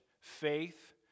Faith